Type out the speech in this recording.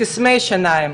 קסמי שיניים